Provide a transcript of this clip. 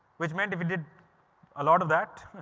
which meant if we did a lot of that